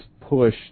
push